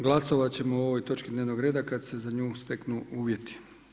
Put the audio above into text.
Glasovati ćemo o ovoj točki dnevnog reda kada se za nju steknu uvjeti.